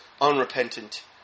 unrepentant